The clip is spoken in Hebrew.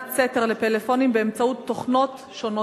סתר לפלאפונים באמצעות תוכנות שונות,